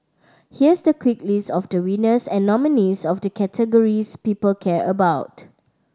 here's the quick list of the winners and nominees of the categories people care about